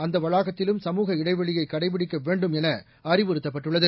அந்த வளாகத்திலும் சமூக இளடவெளியை கடைபிடிக்க வேண்டும் என அறிவுறுத்தப்பட்டுள்ளது